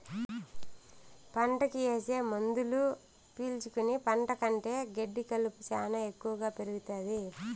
పంటకి ఏసే మందులు పీల్చుకుని పంట కంటే గెడ్డి కలుపు శ్యానా ఎక్కువగా పెరుగుతాది